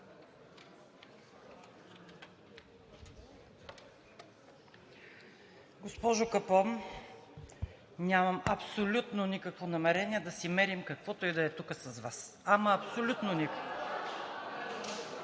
Госпожо Капон, нямам абсолютно никакво намерение да си мерим, каквото ѝ да е тук с Вас. Ама, абсолютно никакво